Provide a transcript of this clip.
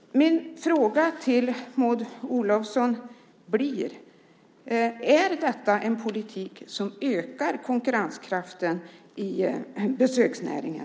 Min fråga till Maud Olofsson blir: Är detta en politik som ökar konkurrenskraften i besöksnäringen?